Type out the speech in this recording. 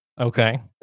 okay